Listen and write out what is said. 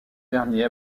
dernier